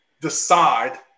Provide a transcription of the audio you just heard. decide